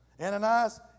Ananias